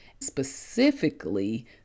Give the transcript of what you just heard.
specifically